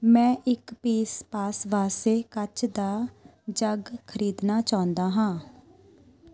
ਮੈਂ ਇੱਕ ਪੀਸ ਪਾਸਬਾਹਸੇ ਕੱਚ ਦਾ ਜੱਗ ਖਰੀਦਣਾ ਚਾਹੁੰਦਾ ਹਾਂ